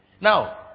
Now